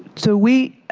so we